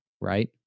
right